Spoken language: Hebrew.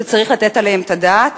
שצריך לתת עליהם את הדעת,